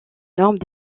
normes